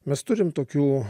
mes turim tokių